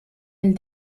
elle